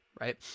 right